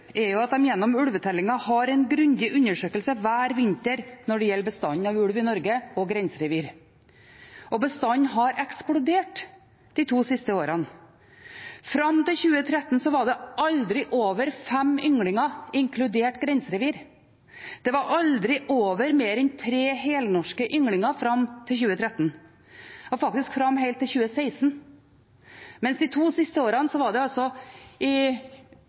er at de gjennom ulvetellingen foretar en grundig undersøkelse hver vinter når det gjelder bestanden av ulv i Norge og grenserevir. Bestanden har eksplodert de to siste årene. Fram til 2013 var det aldri over fem ynglinger, inkludert grenserevir. Det var aldri mer enn tre helnorske ynglinger fram til 2013, faktisk helt fram til 2016. I sesongen 2016–2017 var det sju helnorske ynglinger, i fjor var det